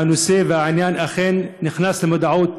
והנושא והעניין אכן נכנס למודעות